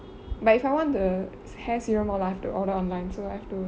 but if I want the hair serum all I have to order online so I have to